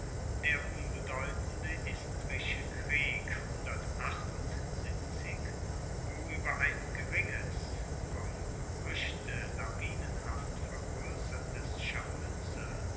der unbedeutende istrische krieg wo ueber ein geringes vom geruechte lawinenhaft vergroessertes scharmuetzel